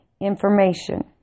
information